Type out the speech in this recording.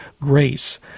grace